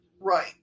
Right